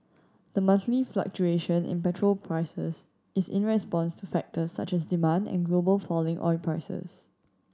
the monthly fluctuation in petrol prices is in response to factors such as demand and global falling oil prices